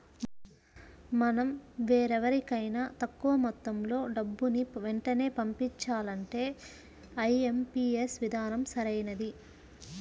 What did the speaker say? మనం వేరెవరికైనా తక్కువ మొత్తంలో డబ్బుని వెంటనే పంపించాలంటే ఐ.ఎం.పీ.యస్ విధానం సరైనది